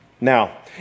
Now